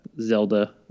Zelda